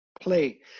play